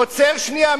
עוצר שנייה,